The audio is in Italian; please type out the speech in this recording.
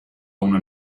una